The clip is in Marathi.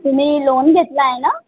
तुम्ही लोन घेतलं आहे ना